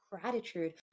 gratitude